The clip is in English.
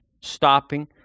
stopping